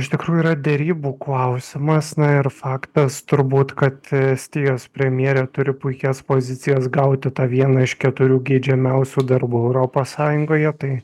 iš tikrųjų yra derybų klausimas na ir faktas turbūt kad estijos premjerė turi puikias pozicijas gauti tą vieną iš keturių geidžiamiausių darbų europos sąjungoje tai